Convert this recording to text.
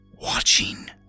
watching